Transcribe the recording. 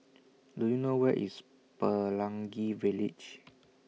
Do YOU know Where IS Pelangi Village